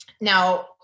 Now